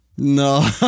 No